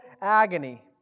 agony